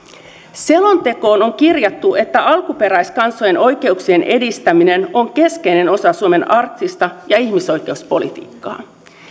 selontekoon on kirjattu että alkuperäiskansojen oikeuksien edistäminen on keskeinen osa suomen arktista ja ihmisoikeuspolitiikkaa